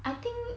I think